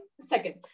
second